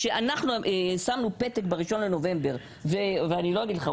כשאנחנו שמנו פתק ב-1 בנובמבר - ואני לא אגיד לך,